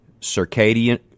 circadian